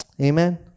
Amen